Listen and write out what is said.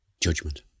judgment